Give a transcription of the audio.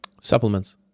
supplements